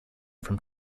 from